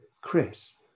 Chris